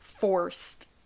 forced